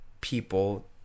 people